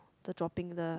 the dropping the